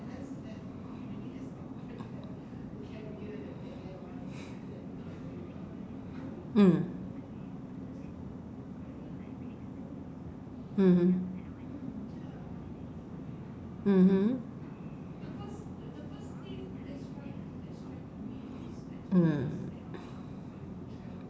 mm mmhmm mmhmm mm